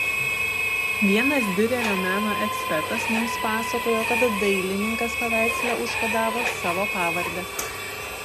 vienas diurerio meno ekspertas mums pasakojo kad dailininkas paveiksle užkodavo savo pavardę